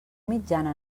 mitjana